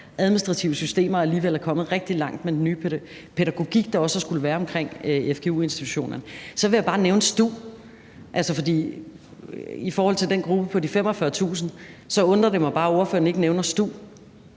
administrative systemer og alligevel er kommet rigtig langt med den nye pædagogik, der også har skullet være omkring fgu-institutionerne. Så vil jeg bare nævne stu, for i forhold til den gruppe på de 45.000 undrer det mig bare, at ordføreren ikke nævner stu.